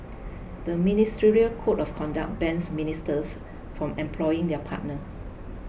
the ministerial code of conduct bans ministers from employing their partner